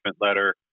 letter